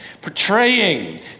portraying